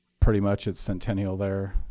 pretty much at centennial there,